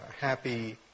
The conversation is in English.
happy